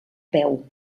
peu